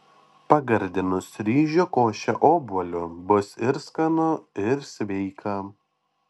pagardinus ryžių košę obuoliu bus ir skanu ir sveika